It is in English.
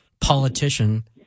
politician